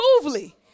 smoothly